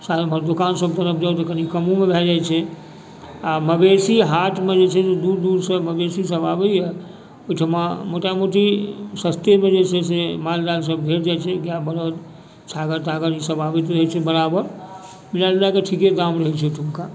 दोकान सबपर जाउ तऽ कनि कमेमे भऽ जाइ छै आओर मवेशी हाटमे जे छै से दूर दूरसँ मवेशी सभ आबैए ओहिठमा मोटामोटी सस्तेमे जे छै से माल जाल सब भेट जाइ छै गाय बरद छागर तागर सब आबैत रहै छै बराबर मिला जुलाकऽ ठीके दाम रहै छै ओहिठमका